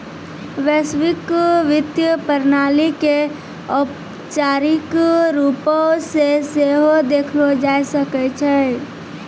वैश्विक वित्तीय प्रणाली के औपचारिक रुपो से सेहो देखलो जाय सकै छै